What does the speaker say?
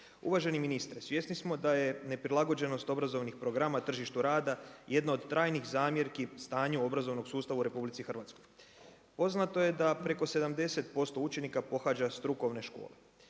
Uvaženi ministre, svjesni smo da je neprilagođenost obrazovnih programa tržištu rada jedno od trajnih zamjerki stanju obrazovnog sustavu u RH. Poznato je da preko 70% učenika pohađa strukovne škole.